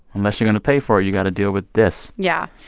unless you're going to pay for it, you've got to deal with this yeah.